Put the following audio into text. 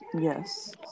Yes